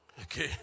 Okay